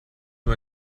nur